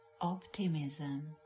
optimism